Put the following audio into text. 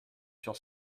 sur